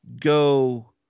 go